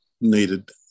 needed